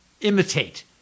imitate